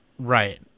Right